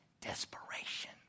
desperation